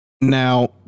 now